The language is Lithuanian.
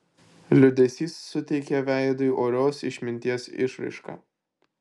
liūdesys suteikė veidui orios išminties išraišką